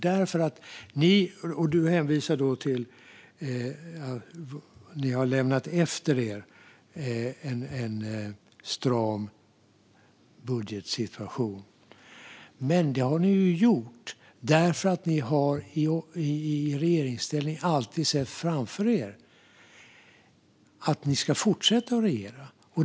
Mikael Damberg hänvisade till att Socialdemokraterna har lämnat efter sig en stram budgetsituation. Men det har ni ju gjort därför att ni i regeringsställning alltid har sett framför er att ni ska fortsätta att regera.